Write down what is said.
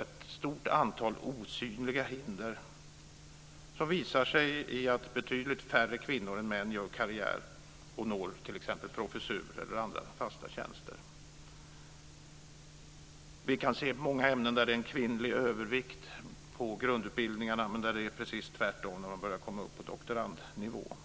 ett stort antal osynliga hinder, som visar sig i att betydligt färre kvinnor än män gör karriär och når t.ex. professurer eller andra fasta tjänster. I många ämnen finns det en kvinnlig övervikt i grundutbildningarna, men det är precis tvärtom när man börjar komma upp på doktorandnivå.